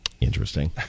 interesting